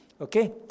Okay